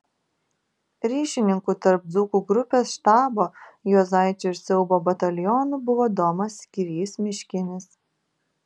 ryšininku tarp dzūkų grupės štabo juozaičio ir siaubo batalionų buvo domas kirys miškinis